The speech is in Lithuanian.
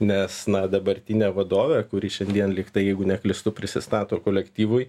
nes na dabartinę vadovę kuri šiandien lygtai jeigu neklystu prisistato kolektyvui